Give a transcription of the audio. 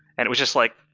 and it was just like,